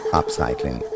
upcycling